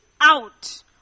out